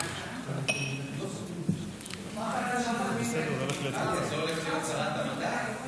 את לא הולכת להיות שרת העבודה?